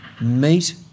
meet